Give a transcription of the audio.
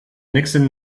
nixon